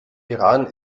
iran